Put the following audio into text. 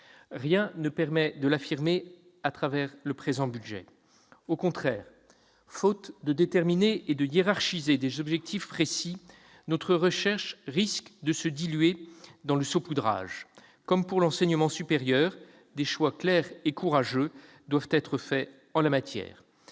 ne permet de l'affirmer. Au contraire, faute de déterminer et de hiérarchiser des objectifs précis, notre recherche risque de se diluer dans le saupoudrage. Comme pour l'enseignement supérieur, des choix clairs et courageux doivent être faits. Le groupe